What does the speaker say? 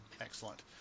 excellent